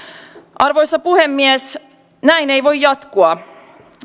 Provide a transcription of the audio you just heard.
arvoisa puhemies näin ei voi jatkua